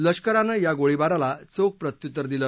लष्करानं या गोळीबाराला चोख प्रत्युत्तर दिलं